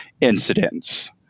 incidents